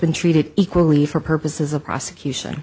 been treated equally for purposes of prosecution